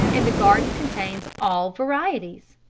and the garden contains all varieties.